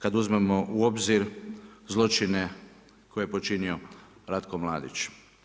Kad uzmemo u obzir zločine koje je počinio Ratko Mladić.